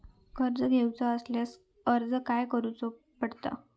कर्ज घेऊचा असल्यास अर्ज खाय करूचो पडता?